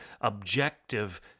objective